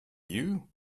you